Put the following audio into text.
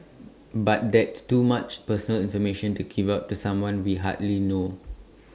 but that's too much personal information to give out to someone we hardly know